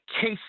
case